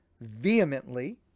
vehemently